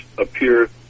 appear